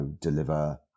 deliver